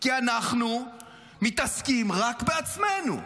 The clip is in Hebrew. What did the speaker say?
כי אנחנו מתעסקים רק בעצמנו.